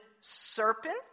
serpent